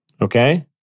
Okay